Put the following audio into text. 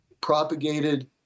propagated